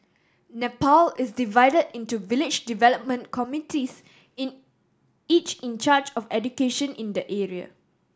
Nepal is divided into village development committees in each in charge of education in the area